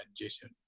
Jason